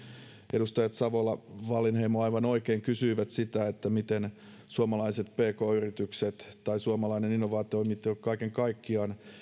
edustajat savola ja wallinheimo aivan oikein kysyivät sitä miten suomalaiset pk yritykset tai suomalainen innovaatiotoiminta kaiken kaikkiaan